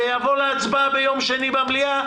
ונבוא להצבעה ביום שני למליאה,